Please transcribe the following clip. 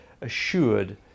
assured